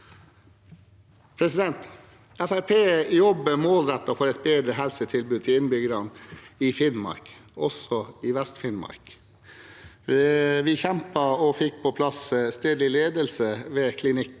Fremskrittspartiet jobber målrettet for et bedre helsetilbud til innbyggerne i Finnmark, også i Vest-Finnmark. Vi kjempet for og fikk på plass stedlig ledelse ved Klinikk